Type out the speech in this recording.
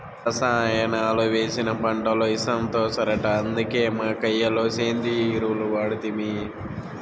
రసాయనాలు వేసిన పంటలు ఇసంతో సరట అందుకే మా కయ్య లో సేంద్రియ ఎరువులు వాడితిమి